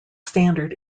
standard